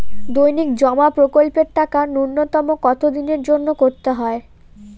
দৈনিক জমা প্রকল্পের টাকা নূন্যতম কত দিনের জন্য করতে হয়?